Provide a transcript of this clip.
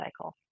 cycle